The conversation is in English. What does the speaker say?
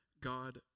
God